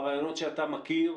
ברעיונות שאתה מכיר,